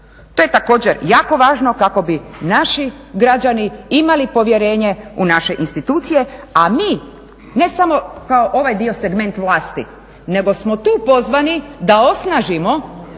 To je također jako važno kako bi naši građani imali povjerenje u naše institucije a mi ne smo kao ovaj dio segment vlasti, nego smo tu pozvani da osnažimo